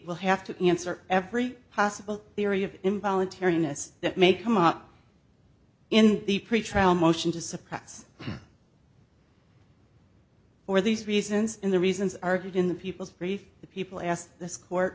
will have to answer every possible theory of involuntary inus that may come up in the pretrial motion to suppress for these reasons in the reasons argued in the people's brief the people asked this court